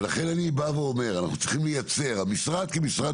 לכן אני אומר שאנחנו צריכים לייצר - המשרד כמשרד